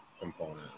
component